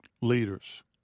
leaders